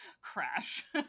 Crash